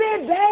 baby